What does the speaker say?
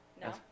No